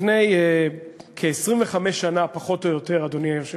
לפני 25 שנה, פחות או יותר, אדוני היושב-ראש,